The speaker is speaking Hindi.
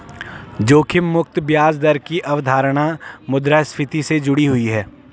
जोखिम मुक्त ब्याज दर की अवधारणा मुद्रास्फति से जुड़ी हुई है